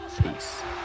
Peace